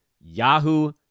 Yahoo